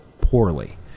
poorly